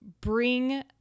bring